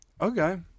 Okay